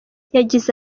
yagize